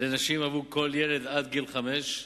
לנשים עבור כל ילד עד גיל חמש,